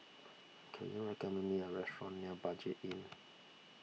can you recommend me a restaurant near Budget Inn